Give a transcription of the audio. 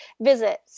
visit